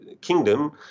Kingdom